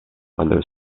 under